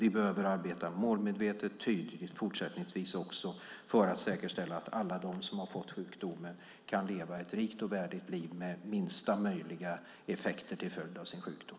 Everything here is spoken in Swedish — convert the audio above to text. Vi behöver arbeta målmedvetet för att säkerställa att alla de som har fått sjukdomen kan leva ett rikt och värdigt liv med minsta möjliga komplikationer till följd av sin sjukdom.